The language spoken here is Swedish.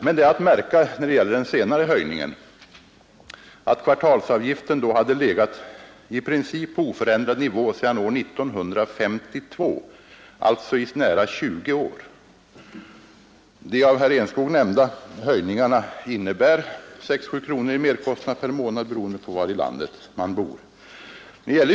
Men det är att märka när det gäller den senare höjningen att kvartalsavgiften då i princip hade legat på oförändrad nivå sedan år 1952, alltså i nära tjugo år. De av herr Enskog nämnda höjningarna innebär 6 å 7 kronor i merkostnad per månad, beroende på var i landet man bor.